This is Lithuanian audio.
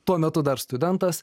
tuo metu dar studentas